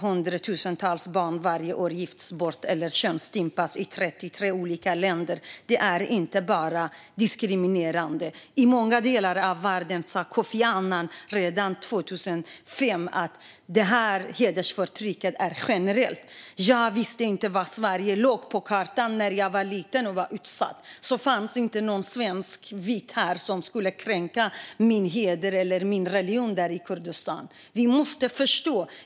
Hundratusentals barn gifts bort eller könsstympas i 33 olika länder varje år. Det är inte bara diskriminerande. Redan 2005 sa Kofi Annan att hedersförtrycket i världen var generellt. Jag visste inte var på kartan Sverige låg när jag var liten och utsatt. Då fanns det inte någon svensk vit person som skulle kränka min heder eller religion i Kurdistan. Vi måste förstå.